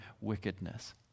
wickedness